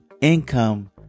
income